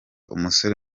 umusore